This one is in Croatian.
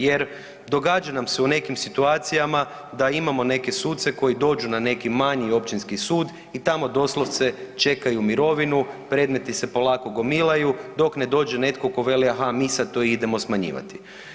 Jer događa nam se u nekim situacijama da imamo neke suce koji dođu na neki manji općinski sud i tamo doslovce čekaju mirovinu, predmeti se polako gomilaju dok ne dođe netko ko veli aha mi sad to idemo smanjivati.